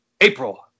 April